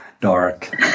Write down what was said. dark